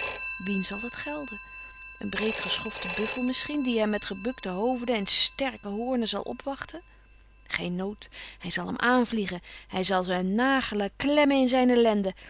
zal het gelden een breedgeschoften buffel misschien die hem met gebukten hoofde en sterke hoornen zal opwachten geen nood hij zal hem aanvliegen hij zal zijn nagelen klemmen in zijne lenden